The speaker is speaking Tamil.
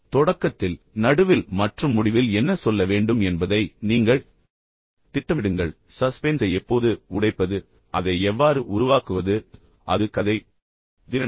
எனவே தொடக்கத்தில் நடுவில் மற்றும் முடிவில் என்ன சொல்ல வேண்டும் என்பதை நீங்கள் திட்டமிடுங்கள் உங்களுக்குத் தெரிந்த ஒரு சஸ்பென்ஸ் கதை இருந்தால் சஸ்பென்ஸை எப்போது உடைப்பது அதை எவ்வாறு உருவாக்குவது என்பது அது கதை திறன்கள்